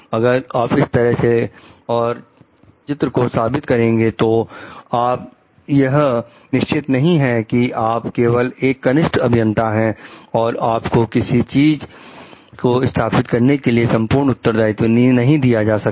अगर आप इस तरह से और चित्र को साबित करेंगे तो आप यह निश्चित नहीं हैं कि आप केवल एक कनिष्ठ अभियंता हैं और आपको किसी चीज को स्थापित करने के लिए संपूर्ण उत्तरदायित्व नहीं दिया जा सकता